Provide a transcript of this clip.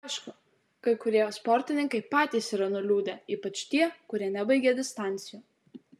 aišku kai kurie sportininkai patys yra nuliūdę ypač tie kurie nebaigė distancijų